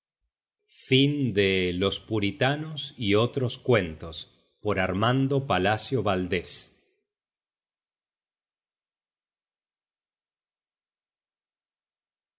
print project los puritanos y otros cuentos por armando palacio valds